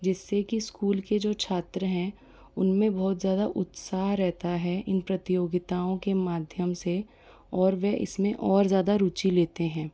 जिससे कि स्कूल के जो छात्र हैं उनमें बहुत ज़्यादा उत्साह रहता है इन प्रतियोगिताओँ के माध्यम से और वह इसमें और ज़्यादा रूचि लेते हैं